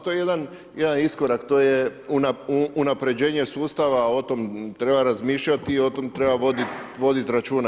To je jedan iskorak, to je unapređenje sustava, o tom treba razmišljati i o tom treba vodit računa.